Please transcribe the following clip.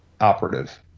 operative